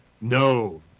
No